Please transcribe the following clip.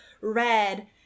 red